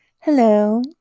hello